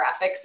graphics